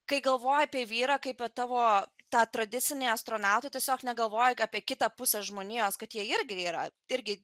kai galvoju apie vyrą kaip tavo tą tradicinį astronautą tiesiog negalvoji apie kitą pusę žmonijos kad jie irgi yra irgi